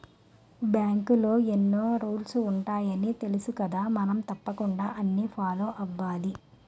బాంకులో ఎన్నో రూల్సు ఉంటాయని తెలుసుకదా మనం తప్పకుండా అన్నీ ఫాలో అవ్వాలి